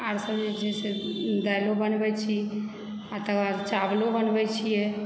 आरसभ जे छै से दालिओ बनबैत छी आ तकर बाद चावलो बनबैत छियै